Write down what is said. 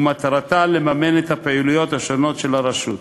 ומטרתה לממן את הפעילויות השונות של הרשות.